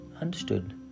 understood